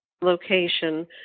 location